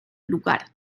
lugar